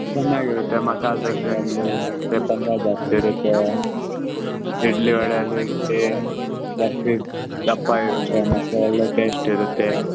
ಚೆನ್ನಾಗಿರುತ್ತೆ ಮಸಾಲೆ ದೋಸೆಯಲ್ಲಿ ಮತ್ತು ಪಲ್ಯ ಜಾಸ್ತಿ ಇರುತ್ತೆ ಇಡ್ಲಿ ವಡೆಯಲ್ಲಿ ಇಡ್ಲಿ ಜಾಸ್ತಿ ದಪ್ಪ ಇರುತ್ತೆ ಮತ್ತು ಒಳ್ಳೆ ಟೇಸ್ಟ್ ಇರುತ್ತೆ